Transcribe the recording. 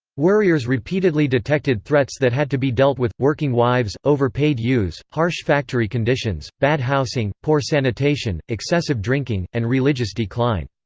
worriers repeatedly detected threats that had to be dealt with working wives, overpaid youths, harsh factory conditions, bad housing, poor sanitation, excessive drinking, and religious decline.